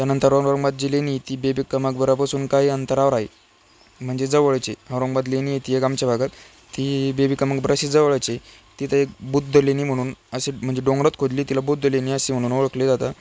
त्यानंतर अहमद जी लेणी ती बीबी का मकबरापासून काही अंतरावर आहे म्हणजे जवळचे औरंगबाद लेणी आहे ती एक आमच्या भागात ती बीबी का मकबराशी जवळचे तिथं एक बुद्ध लेणी म्हणून अशी म्हणजे डोंगरात खोदली तिला बुद्ध लेणी असे म्हणून ओळखले जातं